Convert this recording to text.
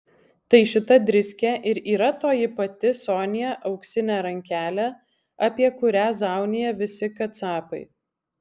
tai šita driskė ir yra toji pati sonia auksinė rankelė apie kurią zaunija visi kacapai